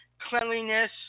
cleanliness